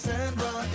Sandra